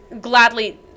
gladly –